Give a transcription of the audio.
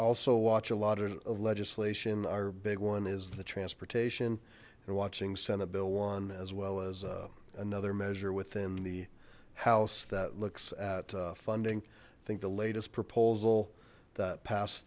also watch a lot of legislation our big one is the transportation and watching senate bill one as well as another measure within the house that looks at funding i think the latest proposal that pas